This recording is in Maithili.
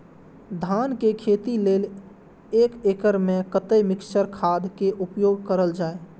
धान के खेती लय एक एकड़ में कते मिक्चर खाद के उपयोग करल जाय?